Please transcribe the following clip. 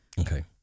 Okay